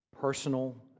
personal